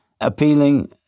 appealing